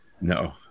No